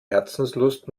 herzenslust